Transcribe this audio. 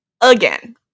again